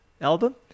album